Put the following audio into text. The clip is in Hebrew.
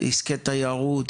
לעסקי תיירות,